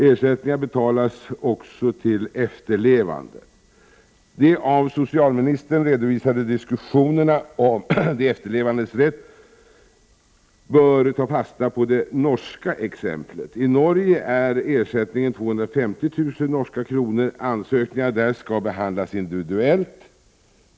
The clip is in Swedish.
Ersättningar betalas även till efterlevande. I de av socialministern redovisade diskussionerna om de efterlevandes rätt bör man ta fasta på det norska exemplet. I Norge är ersättningen 250 000 norska kronor. Ansökningarna där skall behandlas individuellt.